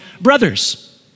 brothers